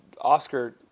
Oscar